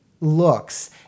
looks